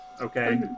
Okay